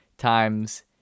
Times